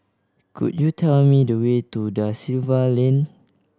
could you tell me the way to Da Silva Lane